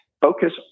focus